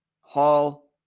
Hall